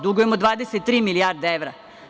Dugujemo 23 milijarde evra.